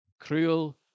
cruel